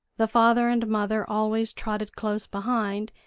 the father and mother always trotted close behind,